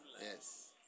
Yes